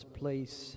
place